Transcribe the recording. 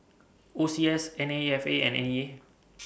O C S N A F A and N E A